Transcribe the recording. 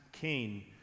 Cain